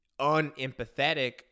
unempathetic